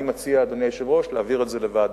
אני מציע, אדוני היושב-ראש, להעביר את זה לוועדת,